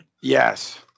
Yes